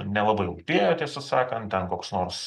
nelabai rūpėjo tiesą sakant ten koks nors